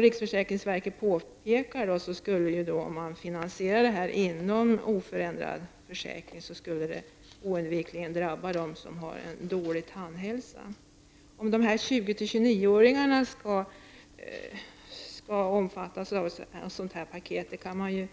Riksförsäkringsverket påpekar att om man skulle finansiera detta inom ramen för oförändrad försäkring, skulle det oundvikligen drabba dem som har dålig tandhälsa. Om 20--29-åringar skall omfattas av ett sådant paket kan man